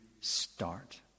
start